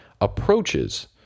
approaches